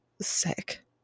sick